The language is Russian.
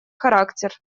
характер